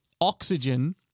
oxygen